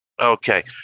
Okay